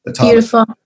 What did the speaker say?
Beautiful